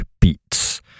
Beats